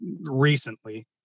recently